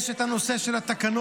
יש את הנושא של התקנות